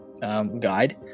guide